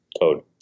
code